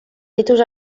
ritus